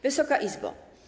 Wysoka Izbo!